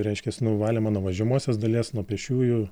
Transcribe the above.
reiškias nuvalymą nuo važiuojamosios dalies nuo pėsčiųjų